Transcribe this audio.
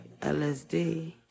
LSD